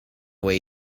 way